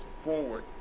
forward